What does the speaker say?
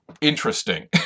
interesting